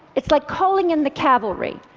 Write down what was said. it's like calling in the cavalry.